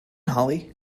hollie